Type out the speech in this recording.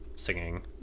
Singing